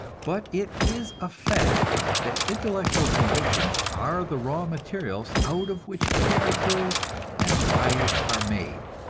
but it is a fact that intellectual convictions are the raw material out of which characters and lives are made,